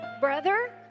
brother